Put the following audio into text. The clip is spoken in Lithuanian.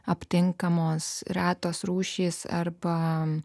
aptinkamos retos rūšys arba